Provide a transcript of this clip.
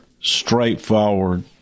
straightforward